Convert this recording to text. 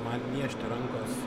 man niežti rankos